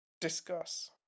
discuss